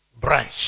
branch